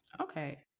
Okay